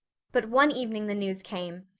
but one evening the news came.